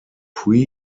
pre